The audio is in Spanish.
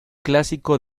clásico